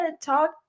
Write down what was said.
Talk